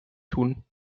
tun